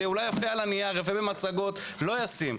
זה אולי יפה על הנייר, יפה במצגות, לא ישים.